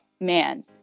man